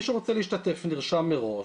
מי שרוצה להשתתף נרשם מראש,